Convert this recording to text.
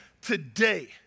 today